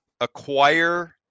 acquire